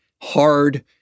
hard